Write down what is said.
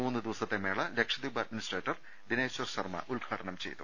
മൂന്ന് ദിവസത്തെ മേള ലക്ഷദ്വീപ് അഡ്മിനിസ്ട്രേറ്റർ ദിനേശ്വർ ശർമ്മ ഉദ്ഘാടനം ചെയ്തു